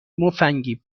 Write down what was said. مفنگی